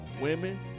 Women